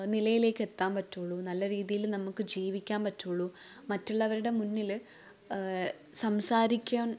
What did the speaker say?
നിലയിലേക്ക് എത്താൻ പറ്റുള്ളൂ നല്ല രീതിയിൽ നമുക്ക് ജീവിക്കാൻ പറ്റുള്ളൂ മറ്റുള്ളവരുടെ മുന്നിൽ സംസാരിക്കാൻ